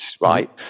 right